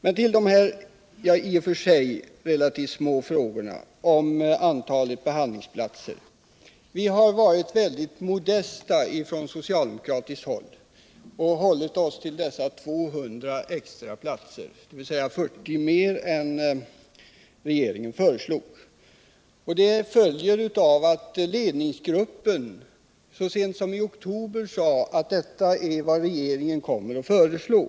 Men låt mig återkomma till de här i och för sig små frågorna om antalet behandlingsplatser. Vi har från socialdemokratiskt håll varit mycket modesta och hållit oss till siffran 200 extraplatser, dvs. 40 mer än regeringen föreslog. Vi har gjort det därför att ledningsgruppen så sent som i oktober sade att det är vad regeringen kommer att föreslå.